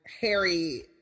Harry